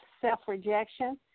self-rejection